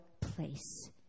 place